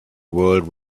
world